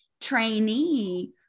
trainee